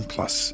Plus